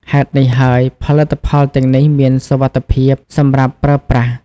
ហេតុនេះហើយ ផលិតផលទាំងនេះមានសុវត្ថិភាពសម្រាប់ប្រើប្រាស់។